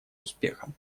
успехом